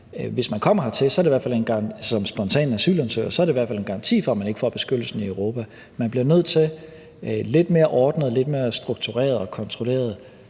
hvis man kommer hertil som spontan asylansøger, er det i hvert fald en garanti for, at man ikke får beskyttelsen i Europa. Man bliver nødt til lidt mere ordnet og lidt mere struktureret og kontrolleret